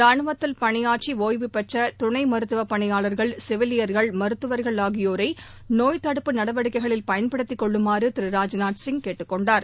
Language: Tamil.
ரானுவத்தில் பணியாற்றிஒய்வு பெற்றதுணைமருத்துவப் பணியாளர்கள் செவிலியர்கள் மருத்துவர்கள் ஆகியோரைநோய் தடுப்பு நடவடிக்கைளில் பயன்படுத்திக் கொள்ளுமாறுதிரு ராஜ்நாத் சிங் கேட்டுக்கொண்டார்